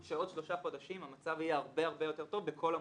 אני מאמין שעוד שלושה חודשים המצב יהיה הרבה יותר טוב בכל המוסדות.